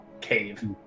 cave